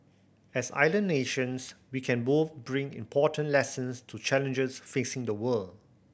as island nations we can both bring important lessons to challenges facing the world